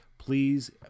Please